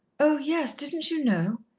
oh, yes. didn't you know?